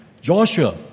Joshua